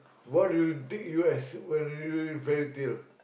what do you think you as when you read fairy tale